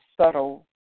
subtle